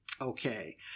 Okay